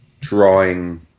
drawing